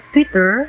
Twitter